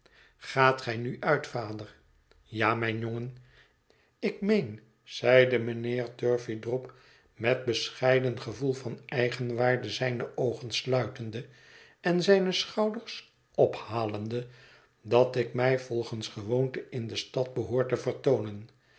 gaat gij nu uit vader ja mijn jongen ik meen zeide mijnheer turveydrop met bescheiden gevoel van eigenwaarde zijne oogen sluitende en zijne schouders ophalende dat ik mij volgens gewoonte in de stad behoor te vertoonen